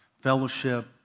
fellowship